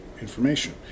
information